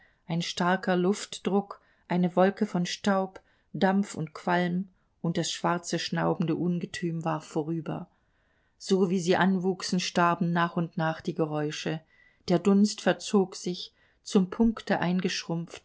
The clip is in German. ein starker luftdruck eine wolke von staub dampf und qualm und das schwarze schnaubende ungetüm war vorüber so wie sie anwuchsen starben nach und nach die geräusche der dunst verzog sich zum punkte